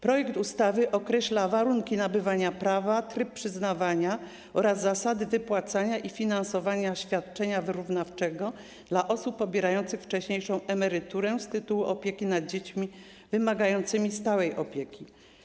Projekt ustawy określa warunki nabywania prawa, tryb przyznawania oraz zasady wypłacania i finansowania świadczenia wyrównawczego dla osób pobierających wcześniejszą emeryturę z tytułu opieki nad dziećmi wymagającymi stałej opieki.